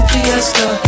Fiesta